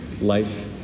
life